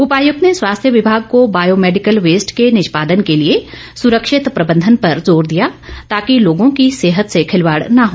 उपायुक्त ने स्वास्थ्य विमाग को बायो मेडिकल वेस्ट के निष्यादन के लिए सुरक्षित प्रबंधन पर जोर दिया ताकि लोगों की सेहत से खिलवाड़ न हो